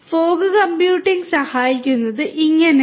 fog computing സഹായിക്കുന്നത് ഇങ്ങനെയാണ്